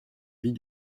vis